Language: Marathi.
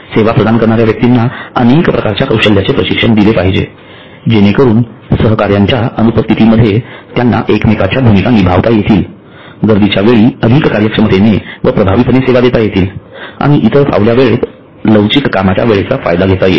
सेवा प्रदान करणाऱ्या व्यक्तींना अनेक प्रकारच्या कौशल्याचे प्रशिक्षण दिले पाहिजे जेणेकरून सहकाऱ्यांच्या अनुपस्थितीमध्ये त्यांना एकमेकांच्या भूमिका निभावता येतीलगर्दीच्या वेळी अधिक कार्यक्षमतेने व प्रभावीपणे सेवा देता येतील आणि इतर फावल्या वेळेत लवचिक कामाच्या वेळेचा फायदा घेता येईल